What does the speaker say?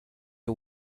you